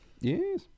yes